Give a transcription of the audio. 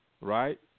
right